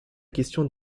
question